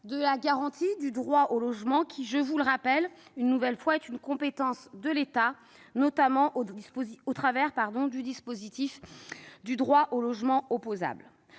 la garantie du droit au logement, qui, je vous le rappelle une nouvelle fois, est une compétence de l'État, notamment au travers du dispositif du droit au logement opposable.